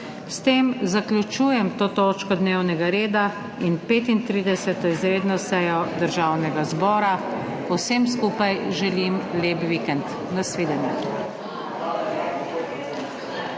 S tem zaključujem to točko dnevnega reda in 35. izredno sejo Državnega zbora. Vsem skupaj želim lep vikend! Nasvidenje!